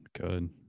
good